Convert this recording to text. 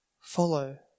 follow